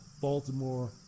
Baltimore